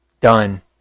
Done